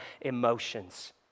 emotions